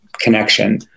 connection